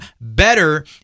better